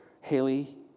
Haley